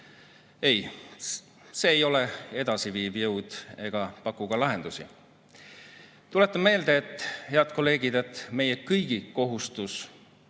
Ei, see ei ole edasiviiv jõud ega paku ka lahendusi. Tuletan meelde, head kolleegid, et meie kõigi kohustus